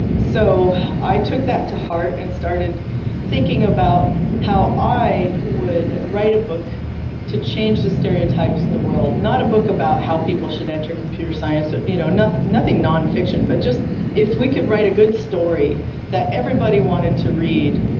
and so i took that to heart and started thinking about how i would write a book to change the stereotypes in the world. not a book about how people should enter computer science, ah you know nothing nothing non-fiction, but just if we could write a good story that everybody wanted to read,